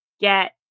get